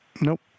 Nope